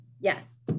yes